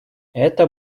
это